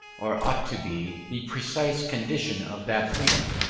or ought to be, the precise conditions of that freedom.